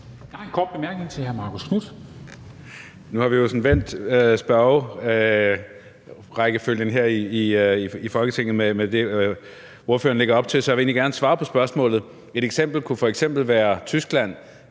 Et eksempel kunne være Tyskland,